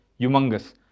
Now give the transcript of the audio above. humongous